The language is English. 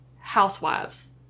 housewives